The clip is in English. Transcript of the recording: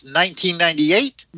1998